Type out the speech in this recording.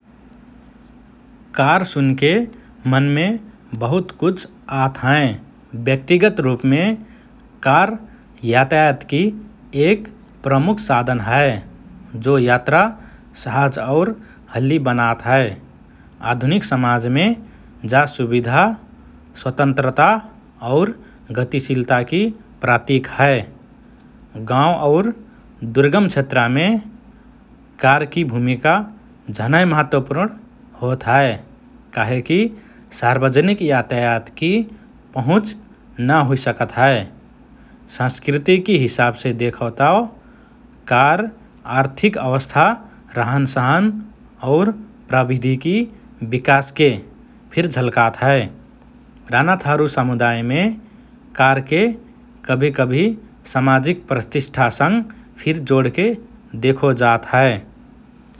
कार सुनके मनमे बहुत कुछ आत हएँ । व्यक्तिगत रुपमे कार यातायातकि एक प्रमुख साधन हए, जो यात्रा सहज और हल्लि बनात हए । आधुनिक समाजमे जा सुविधा स्वतन्त्रता और गतिशीलताकि प्रतीक हए । गांव और दुर्गम क्षेत्रमे कारकि भूमिका झनए महत्वपूर्ण होत हए काहेकि सार्वजनिक यातायातकि पहुँच ना हुइ सकत हए । संस्कृतिकि हिसाबसे देखओ तओ कार आर्थिक अवस्था, रहनसहन और प्रविधिकि विकासके फिर झल्कात हए । रानाथारु समुदायमे कारके कभिकभि सामाजिक प्रतिष्ठासँग फिर जोडके देखो जात हए ।